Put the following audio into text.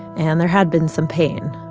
and there had been some pain,